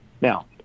Now